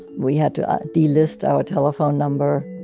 we had to delist our telephone number